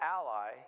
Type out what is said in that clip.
ally